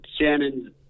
Shannon